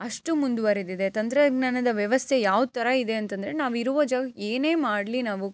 ಅಷ್ಟು ಮುಂದುವರೆದಿದೆ ತಂತ್ರಜ್ಞಾನದ ವ್ಯವಸ್ಥೆ ಯಾವ ಥರ ಇದೆ ಅಂತಂದರೆ ನಾವಿರುವ ಜಾಗಕ್ಕೆ ಏನೇ ಮಾಡಲಿ ನಾವು